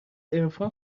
عرفان